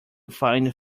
find